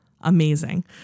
amazing